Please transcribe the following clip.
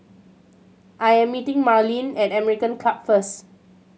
I am meeting Marlene at American Club first